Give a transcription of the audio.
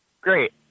great